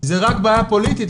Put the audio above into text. זו רק בעיה פוליטית.